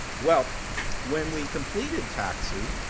well when we completed taxi,